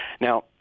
Now